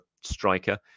striker